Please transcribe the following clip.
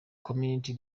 community